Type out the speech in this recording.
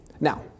Now